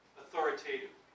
authoritative